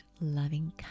loving